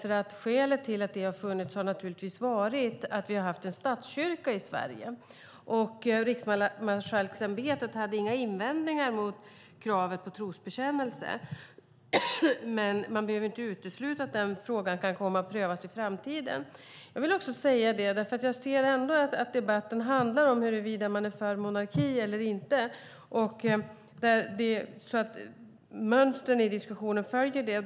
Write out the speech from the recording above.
Skälet har naturligtvis varit att vi har haft en statskyrka i Sverige. Riksmarskalksämbetet hade inga invändningar mot kravet på trosbekännelser, men man behöver inte utesluta att den frågan kan komma att prövas i framtiden. Jag ser att den här debatten ändå handlar om huruvida man är för monarki eller inte. Mönstren i diskussionen följer detta.